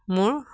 মোৰ